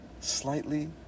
slightly